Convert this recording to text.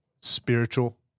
spiritual